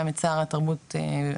גם את שר התרבות והספורט,